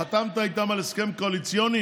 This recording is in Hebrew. חתמת איתם על הסכם קואליציוני,